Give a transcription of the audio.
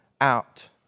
out